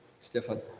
Stefan